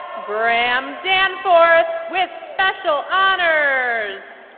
graeme danforth, with special honors.